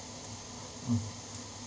mm